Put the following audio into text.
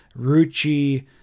Rucci